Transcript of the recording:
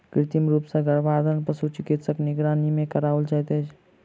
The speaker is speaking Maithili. कृत्रिम रूप सॅ गर्भाधान पशु चिकित्सकक निगरानी मे कराओल जाइत छै